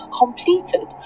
completed